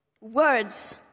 Words